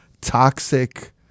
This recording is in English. toxic